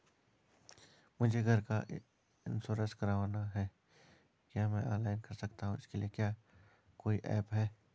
मुझे घर का इन्श्योरेंस करवाना है क्या मैं ऑनलाइन कर सकता हूँ इसके लिए कोई ऐप है?